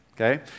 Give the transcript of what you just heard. okay